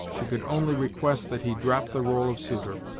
she could only request that he drop the role of suitor,